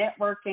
networking